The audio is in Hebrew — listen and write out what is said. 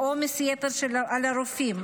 לעומס יתר על הרופאים,